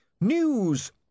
News